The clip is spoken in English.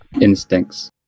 instincts